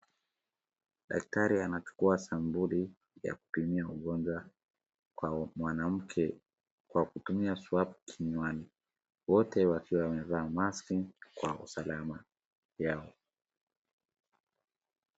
Daktari anachukua sampuli ya kupimia ugonjwa kwa mwanamke kwa kutumia swap kinywani. Wote wakiwa wamevaa maski kwa usalama yao.